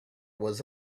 was